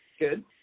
Good